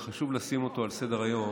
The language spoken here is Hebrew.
אבל חשוב לשים אותו על סדר-היום,